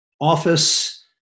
office